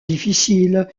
difficiles